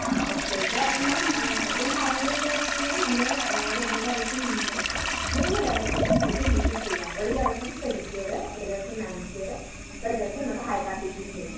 ആ okay okay അപ്പം ma'am ഞാൻ പറയുന്നത് എന്താണ് വെച്ച് കഴിഞ്ഞാൽ നമ്മൾ ഒരു ഒന്നര ആഴ്ച മുന്നേ മൂന്ന് ദിവസങ്ങളിലായിട്ട് നമുക്ക് ചെയ്യാം ഒരു ദിവസം പെഡിക്യൂർ ഒരു ദിവസം മാനിക്യൂർ ഒരു ദിവസം നമുക്ക് ഹൈഡ്രാ ഫേഷ്യലും ചെയ്യാം